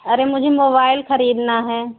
अरे मुझे मोबाइल खरीदना है